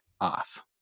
off